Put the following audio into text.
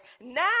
Now